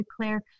declare